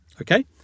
Okay